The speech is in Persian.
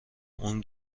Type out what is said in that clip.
اون